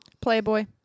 Playboy